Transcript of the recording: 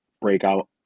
breakout